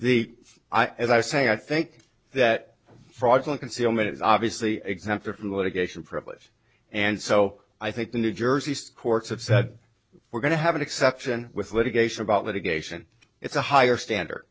eye as i say i think that fraudulent concealment is obviously exempted from litigation privilege and so i think the new jersey courts have said we're going to have an exception with litigation about litigation it's a higher standard